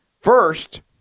First